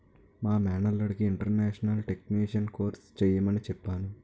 మా మేనల్లుడికి international taxation course చెయ్యమని చెప్పాను